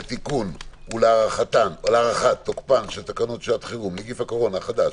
לתיקון ולהארכת תוקפן של תקנות שעת חירום (נגיף הקורונה החדש